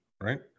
right